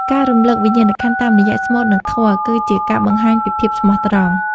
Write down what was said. ការរំលឹកវិញ្ញាណក្ខន្ធតាមរយៈស្មូត និងធម៌ គឺជាការបង្ហាញពីភាពស្មោះត្រង់។